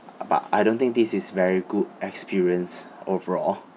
but I don't think this is very good experience overall